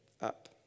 up